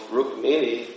Rukmini